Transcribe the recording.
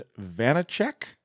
Vanacek